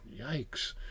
Yikes